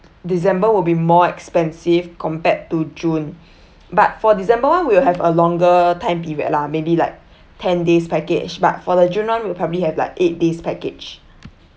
december will be more expensive compared to june but for december one we'll have a longer time period lah maybe like ten days package but for the june one we'll probably have like eight days package